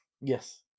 Yes